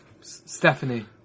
Stephanie